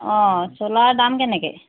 অঁ ছোলাৰৰ দাম কেনেকৈ